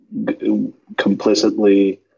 complicitly